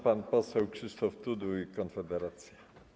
Pan poseł Krzysztof Tuduj, Konfederacja.